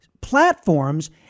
platforms